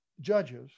judges